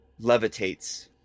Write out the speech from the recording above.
Levitates